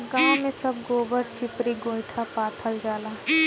गांव में सब गोबर से चिपरी गोइठा पाथल जाला